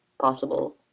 possible